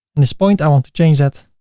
and this point, i want to change that.